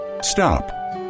Stop